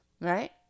right